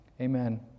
Amen